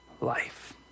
life